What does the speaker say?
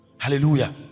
Hallelujah